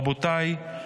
רבותיי,